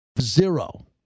zero